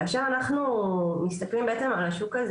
כאשר אנחנו מסתכלים על השוק הזה,